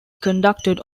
conducted